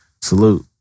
Salute